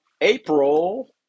April